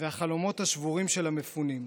והחלומות השבורים של המפונים.